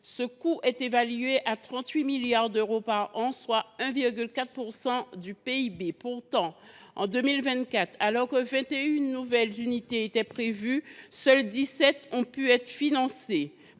violences est évalué à 38 milliards d’euros par an, soit 1,4 % du PIB. Pourtant, alors que 21 nouvelles unités étaient prévues en 2024, seules 17 ont pu être financées